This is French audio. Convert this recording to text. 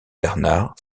bernard